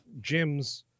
gyms